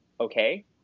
okay